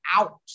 out